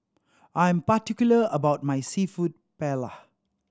I am particular about my Seafood Paella